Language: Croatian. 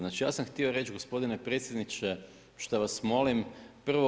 Znači, ja sam htio reći gospodine predsjedniče što vas molim, prvo.